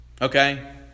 Okay